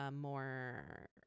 more